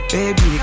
Baby